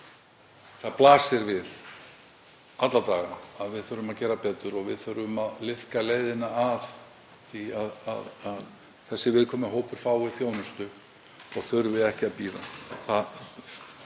það blasir við alla daga að við þurfum að gera betur og við þurfum að liðka leiðina að því að þessi viðkvæmi hópur fái þjónustu og þurfi ekki að bíða.